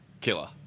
killer